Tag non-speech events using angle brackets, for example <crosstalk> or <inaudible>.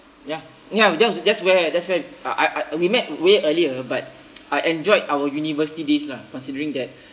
ya ya that's that's where that's where I I I we met way earlier but <noise> I enjoyed our university days lah considering that